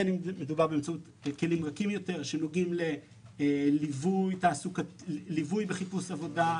בין אם מדובר באמצעות כלים רכים יותר שנגועים לליווי וחיפוש עבודה,